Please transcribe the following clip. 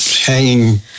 hanging